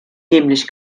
nämlich